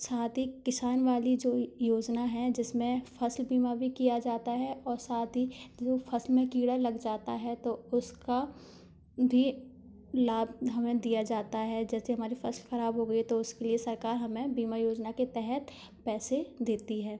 साथ ही किसान वाली जो योजना है जिसमें फसल बीमा भी किया जाता है और साथ ही वो फसल में कीड़ा लग जाता है तो उसका भी लाभ हमें दिया जाता है जैसे हमारी फसल खराब हो गई तो उसके लिए सरकार हमें बीमा योजना के तहत पैसे देती है